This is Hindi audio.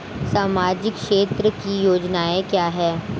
सामाजिक क्षेत्र की योजनाएं क्या हैं?